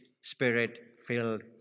spirit-filled